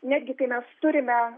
netgi kai mes turime